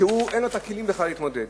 שאין לו הכלים בכלל להתמודד,